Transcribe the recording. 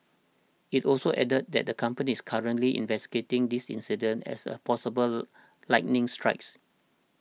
it also added that the company is currently investigating this incident as a possible lightning strikes